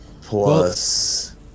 Plus